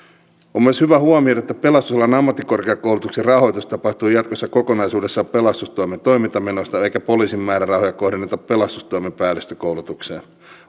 myös hyvä huomioida että pelastusalan ammattikorkeakoulutuksen rahoitus tapahtuu jatkossa kokonaisuudessa pelastustoimen toimintamenoista eikä poliisin määrärahoja kohdenneta pelastustoimen päällystökoulutukseen